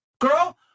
girl